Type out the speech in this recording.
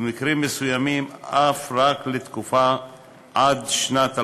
ובמקרים מסוימים אף רק לתקופה עד שנת 2010,